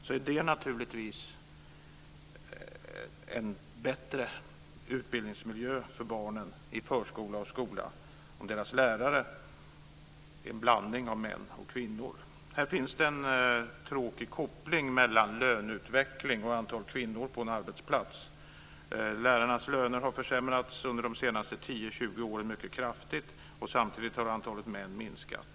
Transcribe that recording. Det blir naturligtvis en bättre utbildningsmiljö för barnen i förskola och skola om deras lärare är en blandning av män och kvinnor. Det finns här en tråkig koppling mellan löneutveckling och andelen kvinnor på en arbetsplats. Lärarnas löner har försämrats mycket kraftigt under de senaste 10-20 åren, och samtidigt har antalet män minskat.